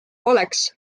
poleks